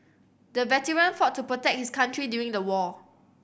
the veteran fought to protect his country during the war